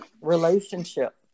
relationship